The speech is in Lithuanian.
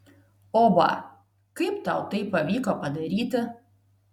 oba kaip tau tai pavyko padaryti